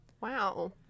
Wow